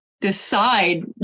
decide